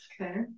Okay